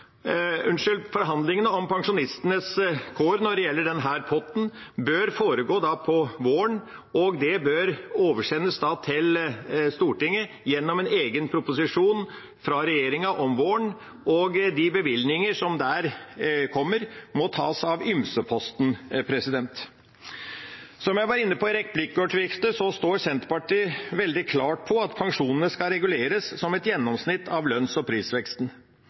pensjonistenes kår når det gjelder denne potten, bør da foregå på våren, og det bør oversendes til Stortinget gjennom en egen proposisjon fra regjeringa om våren. De bevilgningene som der kommer, må tas av ymse-posten. Som jeg var inne på i replikkordskiftet, står Senterpartiet veldig klart på at pensjonene skal reguleres som et gjennomsnitt av lønns- og prisveksten.